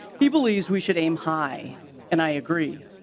he believes we should aim high and i agree.